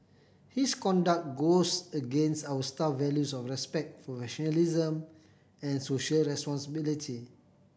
his conduct goes against our staff values of respect professionalism and social responsibility